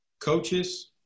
coaches